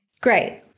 Great